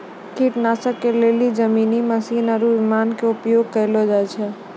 कीटनाशक के लेली जमीनी मशीन आरु विमान के उपयोग कयलो जाय छै